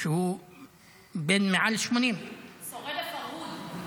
שהוא בן מעל 80. שורד הפרהוד.